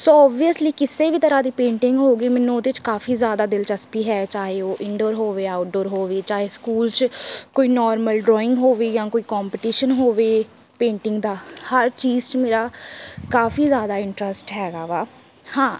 ਸੋ obviously ਕਿਸੇ ਵੀ ਤਰ੍ਹਾਂ ਦੀ ਪੇਂਟਿੰਗ ਹੋਊਗੀ ਮੈਨੂੰ ਉਹਦੇ 'ਚ ਕਾਫੀ ਜ਼ਿਆਦਾ ਦਿਲਚਸਪੀ ਹੈ ਚਾਹੇ ਉਹ ਇੰਨਡੋਰ ਹੋਵੇ ਜਾਂ ਆਊਟਡੋਰ ਹੋਵੇ ਚਾਹੇ ਸਕੂਲ 'ਚ ਕੋਈ ਨੋਰਮਲ ਡਰਾਇੰਗ ਹੋਵੇ ਜਾਂ ਕੋਈ ਕੋਂਪਟੀਸ਼ਨ ਹੋਵੇ ਪੇਂਟਿੰਗ ਦਾ ਹਰ ਚੀਜ਼ 'ਚ ਮੇਰਾ ਕਾਫੀ ਜ਼ਿਆਦਾ ਇੰਟਰਸਟ ਹੈਗਾ ਵਾ ਹਾਂ